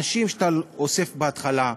האנשים שאתה אוסף בהתחלה,